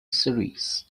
series